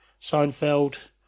Seinfeld